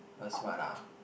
was what ah